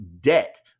debt